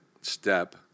step